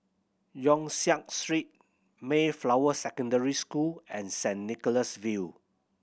Yong Siak Street Mayflower Secondary School and Saint Nicholas View